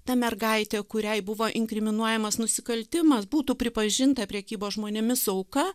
ta mergaitė kuriai buvo inkriminuojamas nusikaltimas būtų pripažinta prekybos žmonėmis auka